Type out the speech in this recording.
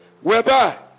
Whereby